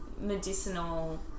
medicinal